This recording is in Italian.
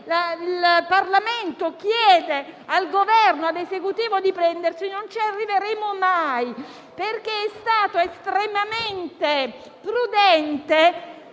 il Parlamento chiede al Governo di assumere non ci arriveremo mai, perché è stato estremamente prudente